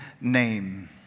name